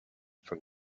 from